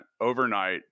overnight